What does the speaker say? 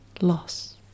loss